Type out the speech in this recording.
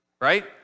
right